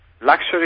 Luxury